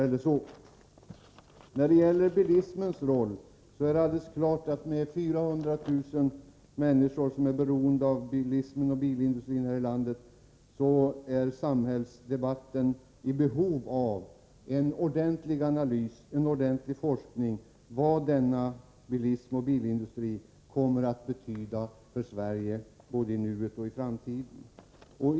När det gäller bilismens roll är det alldeles klart att vi i vårt land — där 400 000 människor är beroende av bilismen och bilindustrin — för samhällsdebattens skull är i behov av en ordentlig analys av och forskning om bilismens och bilindustrins betydelse för Sverige både i nuet och i framtiden.